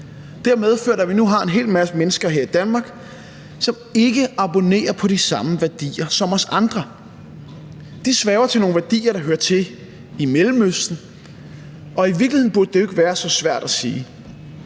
har medført, at vi nu har en hel masse mennesker her i Danmark, som ikke abonnerer på de samme værdier som os andre. De sværger til nogle værdier, der hører til i Mellemøsten. Og i virkeligheden burde det ikke være så svært at sige: